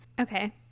Okay